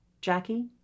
Jackie